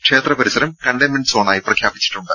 ക്ഷേത്ര പരിസരം കണ്ടെയ്ൻമെന്റ് സോണായി പ്രഖ്യാപിച്ചിട്ടുണ്ട്